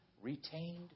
retained